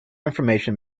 information